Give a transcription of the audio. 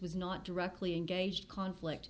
was not directly engaged conflict